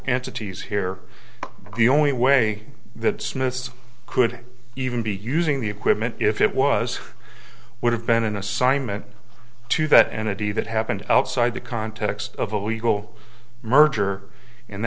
entities here the only way that smith could even be using the equipment if it was would have been an assignment to that energy that happened outside the context of a legal merger and